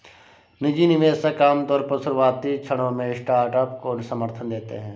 निजी निवेशक आमतौर पर शुरुआती क्षणों में स्टार्टअप को समर्थन देते हैं